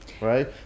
Right